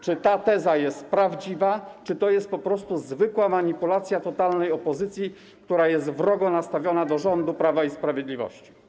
Czy ta teza jest prawdziwa czy to jest po prostu zwykła manipulacja totalnej opozycji, która jest wrogo nastawiona do rządu Prawa i Sprawiedliwości?